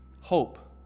hope